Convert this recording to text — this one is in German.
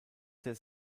sehr